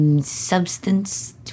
substance